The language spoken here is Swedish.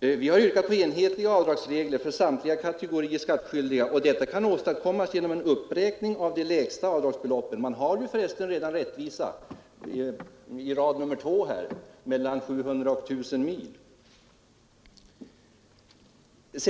Vi har yrkat på enhetliga avdragsregler för samtliga kategorier skattskyldiga, och detta kan åstadkommas genom en uppräkning av de lägsta avdragsbeloppen. Rättvisa råder för resten redan i fråga om sträckorna 700 och 1 000 mil.